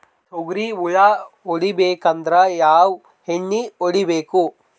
ತೊಗ್ರಿ ಹುಳ ಹೊಡಿಬೇಕಂದ್ರ ಯಾವ್ ಎಣ್ಣಿ ಹೊಡಿಬೇಕು?